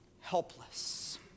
helpless